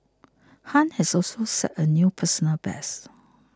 Han has also set a new personal best